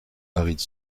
aride